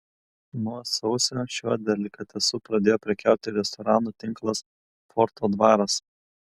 nuo sausio šiuo delikatesu pradėjo prekiauti ir restoranų tinklas forto dvaras